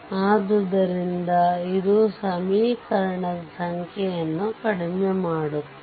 ಆದ್ದರಿಂದ ಇದು ಸಮೀಕರಣದ ಸಂಖ್ಯೆಯನ್ನು ಕಡಿಮೆ ಮಾಡುತ್ತದೆ